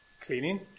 cleaning